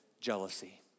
jealousy